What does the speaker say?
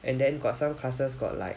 and then got some classes got like